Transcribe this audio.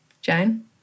Jane